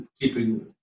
keeping